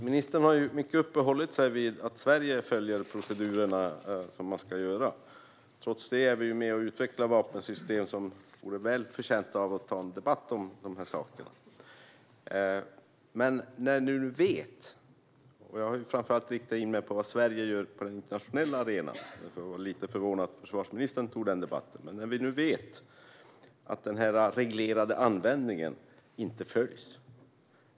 Herr talman! Ministern har uppehållit sig mycket vid att Sverige följer procedurerna, som man ska göra. Trots det är vi med och utvecklar vapensystem. Det vore bra att ta en debatt om dessa saker. Jag har framför allt riktat in mig på vad Sverige gör på den internationella arenan. Därför var jag lite förvånad över att försvarsministern tog den debatten. Men vi vet nu att den reglerade användningen inte följs.